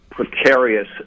precarious